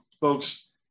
folks